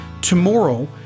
Tomorrow